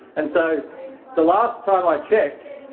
and so the last time i checked